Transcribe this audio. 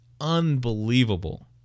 unbelievable